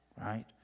right